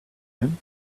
him